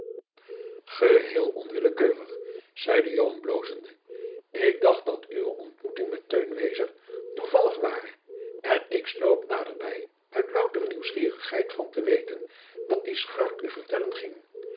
geheel onwillekeurig zeide joan blozende ik dacht dat uwe ontmoeting met teun wezer toevallig ware en ik sloop naderbij uit loutere nieuwsgierigheid van te weten wat die schurk u vertellen ging